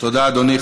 תודה, אדוני.